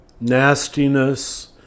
nastiness